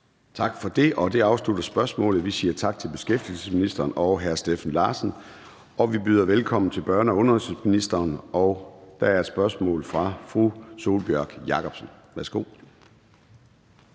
Tak for det, og det afsluttede spørgsmålet. Vi siger tak til beskæftigelsesministeren og hr. Steffen Larsen. Vi byder velkommen til børne- og undervisningsministeren, og der er et spørgsmål fra fru Sólbjørg Jakobsen. Kl.